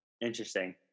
Interesting